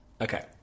okay